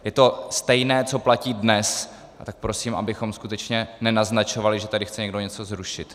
Je to stejné, co platí dnes, a tak prosím, abychom skutečně nenaznačovali, že tady chce někdo něco zrušit.